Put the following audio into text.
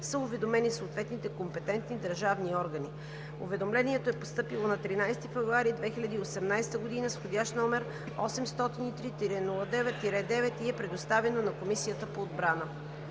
са уведомени съответните компетентни държавни органи. Уведомлението е постъпило на 13 февруари 2018 г. с вх. № 803-09-9 и е предоставено на Комисията по отбрана.